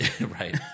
Right